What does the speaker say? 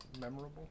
memorable